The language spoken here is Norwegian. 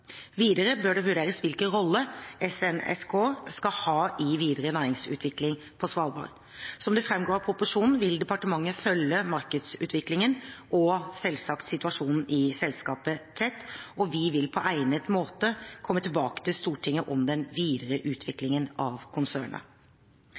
Videre bør det vurderes hvilken rolle SNSK skal ha i videre næringsutvikling på Svalbard. Som det framgår av proposisjonen, vil departementet følge markedsutviklingen og selvsagt situasjonen i selskapet tett, og vi vil på egnet måte komme tilbake til Stortinget om den videre utviklingen av